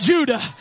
Judah